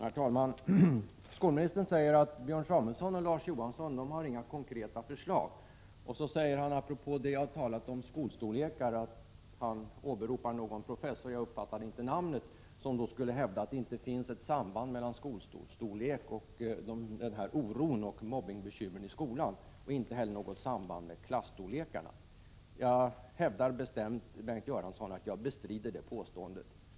Herr talman! Skolministern säger att Björn Samuelson och Larz Johansson inte har några konkreta förslag. Apropå vad jag sade om skolstorlekar åberopade han sedan någon professor — jag uppfattade inte namnet —, som hävdar att det inte finns något samband mellan skolstorlek å ena sidan och oro och mobbningsbekymmer å andra sidan. Det skulle inte heller ha något att göra med klasstorlek. Jag bestrider, Bengt Göransson, bestämt dessa påståenden.